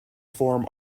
form